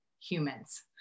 humans